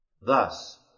Thus